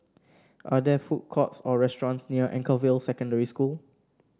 are there food courts or restaurants near Anchorvale Secondary School